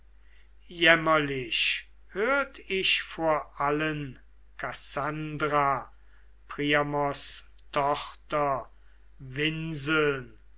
jämmerlich hört ich vor allen kassandra priamos tochter winseln